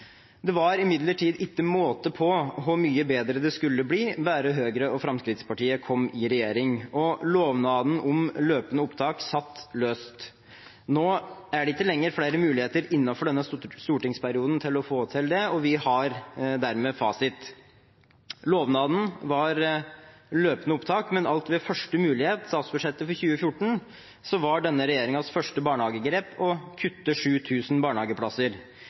Det var imidlertid ikke måte på hvor mye bedre det skulle bli bare Høyre og Fremskrittspartiet kom i regjering, og lovnaden om løpende opptak satt løst. Nå er det ikke lenger flere muligheter innenfor denne stortingsperioden til å få det til, og vi har dermed fasiten: Lovnaden var løpende opptak, men alt ved første mulighet, statsbudsjettet for 2014, var denne regjeringens første barnehagegrep å kutte 7 000 barnehageplasser.